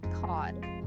cod